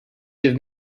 give